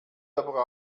aber